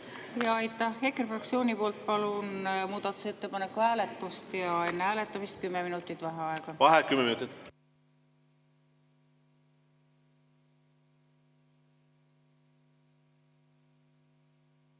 Aitäh! EKRE fraktsiooni poolt palun muudatusettepaneku hääletust ja enne hääletamist kümme minutit vaheaega. Vaheaeg kümme minutit.V